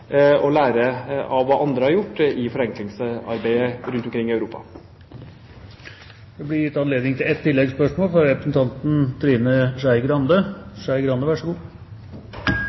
og lære av hva andre rundt omkring i Europa har gjort i forenklingsarbeidet. Det blir gitt anledning til ett oppfølgingsspørsmål – fra representanten Trine Skei Grande.